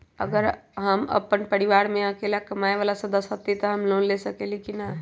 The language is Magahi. अगर हम अपन परिवार में अकेला कमाये वाला सदस्य हती त हम लोन ले सकेली की न?